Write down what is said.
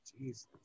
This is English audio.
Jesus